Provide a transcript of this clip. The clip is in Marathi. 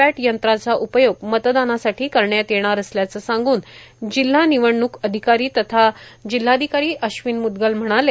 पॅट यंत्राचा उपयोग मतदानासाठी करण्यात येणार असल्याचं सांगून जिल्हा निवडणूक अधिकारी तथा जिल्हाधिकारी अश्विन म्दगल म्हणाले